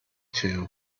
two